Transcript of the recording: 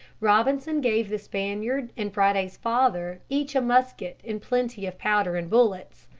robinson gave the spaniard and friday's father each a musket and plenty of powder and bullets.